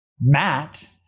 Matt